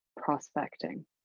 prospecting